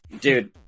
Dude